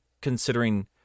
considering